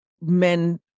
men